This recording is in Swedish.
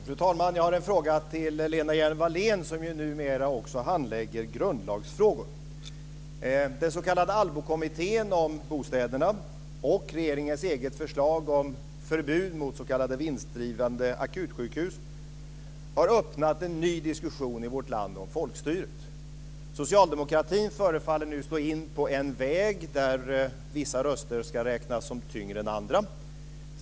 Fru talman! Jag har en fråga till Lena Hjelm Wallén, som ju numera också handlägger grundlagsfrågor. Den s.k. Allbokommittén om bostäderna och regeringens eget förslag om förbud mot s.k. vinstdrivande akutsjukhus har öppnat en ny diskussion i vårt land om folkstyret. Socialdemokratin förefaller nu slå in på en väg där vissa röster ska räknas som tyngre än andra.